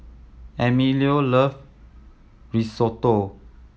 Emilio love Risotto